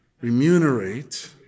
remunerate